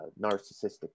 narcissistic